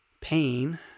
pain